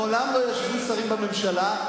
מעולם לא ישבו שרים שלה בממשלה,